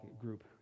group